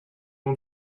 mon